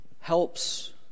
helps